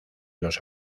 los